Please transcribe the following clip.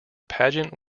pageant